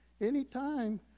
anytime